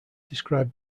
described